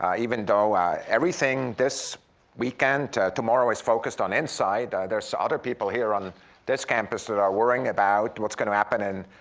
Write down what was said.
ah even though everything this weekend, tomorrow, is focused on insight, there's ah other people here on this campus that are worrying about what's going to happen in